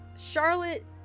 Charlotte